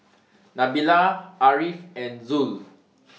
Nabila Ariff and Zul